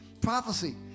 Prophecy